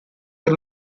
per